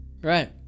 Right